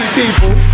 people